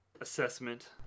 assessment